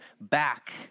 back